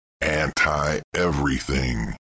anti-everything